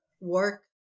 work